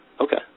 okay